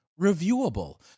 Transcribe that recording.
reviewable